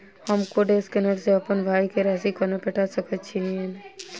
हम code scanner सँ अप्पन भाय केँ राशि कोना पठा सकैत छियैन?